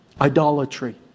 idolatry